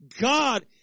God